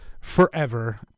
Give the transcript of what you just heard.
forever